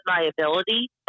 liability